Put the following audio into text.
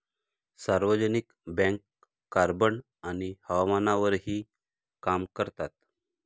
सार्वजनिक bank carbon आणि हवामानावरही काम करतात